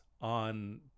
on